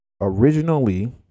originally